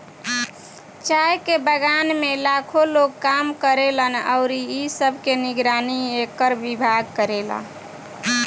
चाय के बगान में लाखो लोग काम करेलन अउरी इ सब के निगरानी एकर विभाग करेला